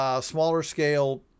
smaller-scale